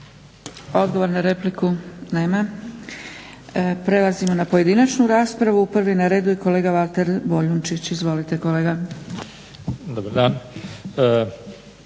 Odgovor na repliku? Nema. Prelazimo na pojedinačnu raspravu. Prvi na redu je kolega Valter Boljunčić. Izvolite kolega.